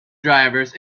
drivers